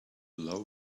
low